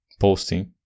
posting